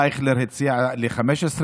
אייכלר הציע ל-15%,